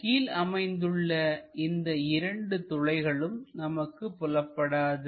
கீழ் அமைந்துள்ள இந்த இரண்டு துளைகளும் நமக்கு புலப்படாது